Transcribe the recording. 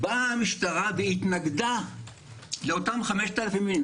המשטרה והתנגדה לאותם 5,000 מתנדבים.